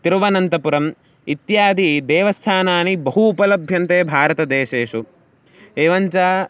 तिरुवनन्तपुरम् इत्यादीनि देवस्थानानि बहु उपलभ्यन्ते भारतदेशेषु एवं च